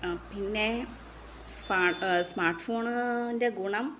ആ പിന്നെ സ്പാർട്ട് സ്മാര്ട്ട് ഫോണിന്റെ ഗുണം